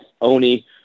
Oni